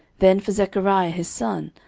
then for zechariah his son,